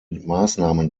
maßnahmen